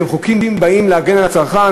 שהם חוקים שבאים להגן על הצרכן,